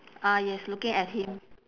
ah yes looking at him